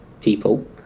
people